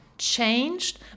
changed